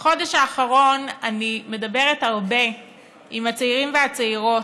בחודש האחרון אני מדברת הרבה עם הצעירים והצעירות,